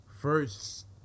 first